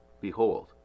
behold